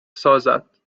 سازد